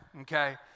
Okay